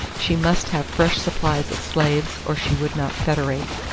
she must have fresh supplies of slaves or she would not federate.